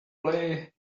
play